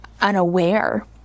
unaware